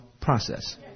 process